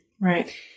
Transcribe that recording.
Right